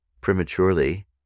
prematurely